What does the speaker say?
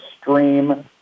stream